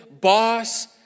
boss